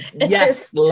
yes